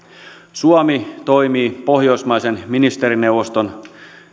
suomi toimii pohjoismaiden ministerineuvoston